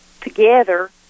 together